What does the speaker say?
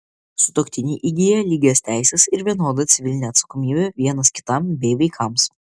sutuoktiniai įgyja lygias teises ir vienodą civilinę atsakomybę vienas kitam bei vaikams